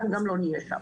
אנחנו גם לא נהיה שם.